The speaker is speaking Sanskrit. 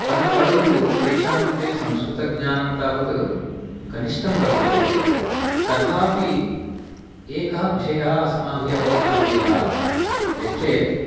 परन्तु तेषां कृते संस्कृतज्ञानं तावत् कनिष्ठं वर्तते तथापि एकः विषयः अस्माभिः अवगन्तव्यः यश्चेत्